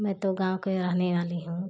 मैं तो गाँव के रहने वाली हूँ